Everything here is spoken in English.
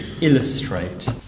illustrate